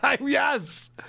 Yes